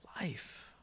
life